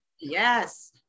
Yes